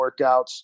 workouts